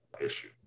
issue